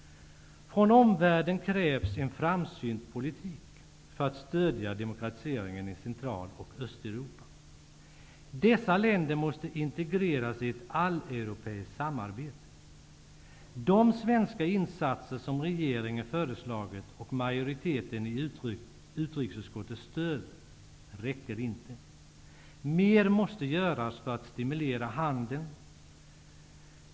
Från omvärlden krävs en framsynt politik för att stödja demokratiseringen i Central och Östeuropa. Dessa länder måste integreras i ett alleuropeiskt samarbete. De svenska insatser som regeringen föreslagit och majoriteten i utrikesutskottet stöder räcker inte. Mer måste göras för att stimulera handeln.